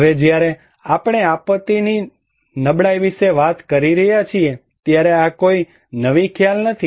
હવે જ્યારે આપણે આપત્તિ નબળાઈ વિશે વાત કરી રહ્યા છીએ ત્યારે આ કોઈ નવી ખ્યાલ નથી